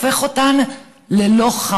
זה הופך אותן ללא-חמות,